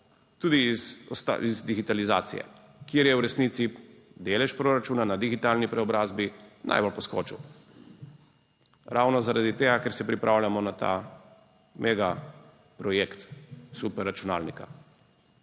tudi digitalizacije, kjer je v resnici delež proračuna na digitalni preobrazbi najbolj poskočil. Ravno zaradi tega, ker se pripravljamo na ta mega projekt superračunalnika.